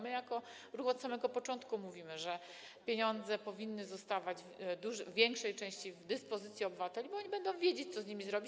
My jako ruch od samego początku mówimy, że pieniądze powinny zostawać w większej części w dyspozycji obywateli, bo oni będą wiedzieć, co z nimi zrobić.